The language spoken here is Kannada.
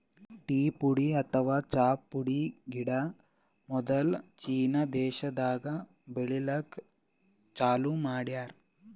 ಟೀ ಪುಡಿ ಅಥವಾ ಚಾ ಪುಡಿ ಗಿಡ ಮೊದ್ಲ ಚೀನಾ ದೇಶಾದಾಗ್ ಬೆಳಿಲಿಕ್ಕ್ ಚಾಲೂ ಮಾಡ್ಯಾರ್